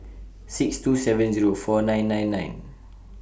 six two seven Zero four nine nine nine